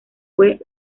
fue